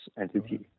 entity